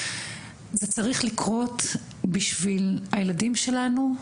זה צריך לקרות בשביל הילדים שלנו,